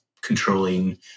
controlling